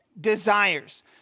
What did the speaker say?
desires